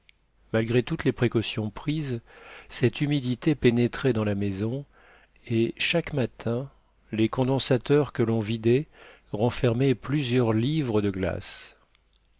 malgré toutes les précautions prises cette humidité pénétrait dans la maison et chaque matin les condensateurs que l'on vidait renfermaient plusieurs livres de glace